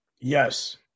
Yes